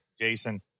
Jason